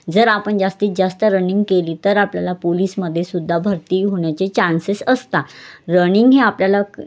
जर आपण जास्तीत जास्त रनिंग केली तर आपल्याला पोलिसमध्येसुद्धा भरती होण्याचे चान्सेस असतात रनिंग हे आपल्याला